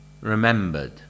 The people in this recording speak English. remembered